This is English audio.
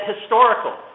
historical